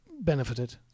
benefited